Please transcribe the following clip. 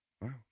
Wow